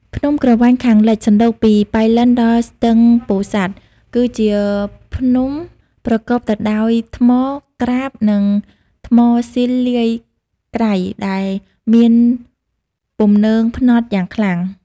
ភ្នំក្រវាញខាងលិច សណ្ដូកពីប៉ៃលិនដល់ស្ទឹងពោធិ៍សាត់ គឺជាភ្នំប្រកបទៅដោយថ្ម ក្រាប និងថ្មស៊ីលលាយក្រៃដែលមានពំនើងផ្នត់យ៉ាងខ្លាំង ។